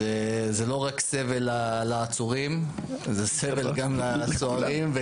זה לא רק סבל לעצורים אלא זה סבל גם לסוהרים,